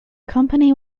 company